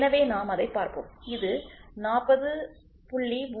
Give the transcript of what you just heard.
எனவே நாம் அதைப் பார்ப்போம் இது 40